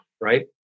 right